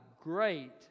great